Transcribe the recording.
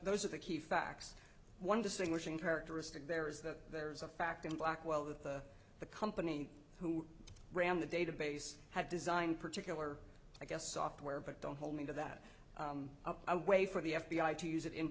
those are the key facts one distinguishing characteristic there is that there is a fact in blackwell that the the company who ran the database had designed particular i guess software but don't hold me to that a way for the f b i to use it in